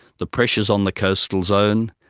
the pressures on the coastal zone,